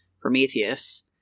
Prometheus